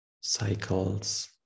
cycles